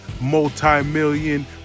multi-million